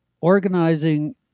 organizing